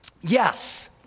Yes